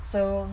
so